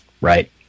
Right